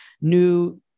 new